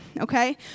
okay